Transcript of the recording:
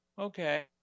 okay